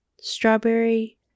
Strawberry